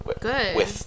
Good